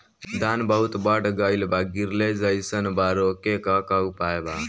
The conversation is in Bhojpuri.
धान बहुत बढ़ गईल बा गिरले जईसन बा रोके क का उपाय बा?